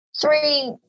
three